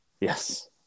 Yes